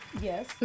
Yes